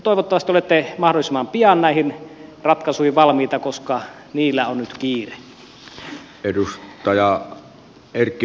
toivottavasti olette mahdollisimman pian näihin ratkaisuihin valmiita koska niillä on nyt kiire